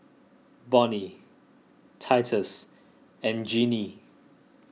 Bonny Titus and Jeannie